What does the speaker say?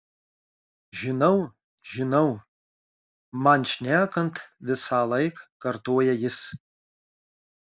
žinau žinau man šnekant visąlaik kartoja jis